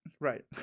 Right